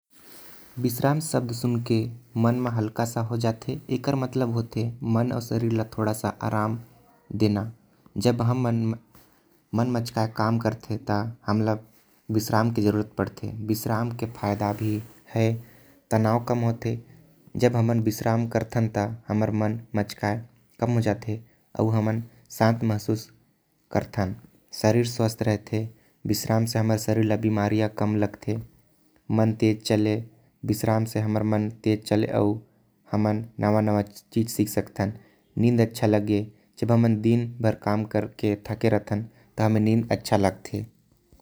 विश्राम शब्द सुन के मन हल्का हो जाथे। एकर मतलब होथे मन अउ। शरीर के आराम देना काबर की हमन ल विश्राम के जरूरत होथे। विश्राम तनाव ल कम करथे अउ हमर मन शांत हो जाथे। विश्राम शरीर ल स्वस्थ होये म भी मदद करथे।